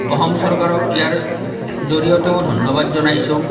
অসম চৰকাৰক ইয়াৰ জৰিয়তেও ধন্যবাদ জনাইছোঁ